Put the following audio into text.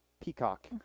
peacock